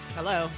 Hello